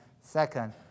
Second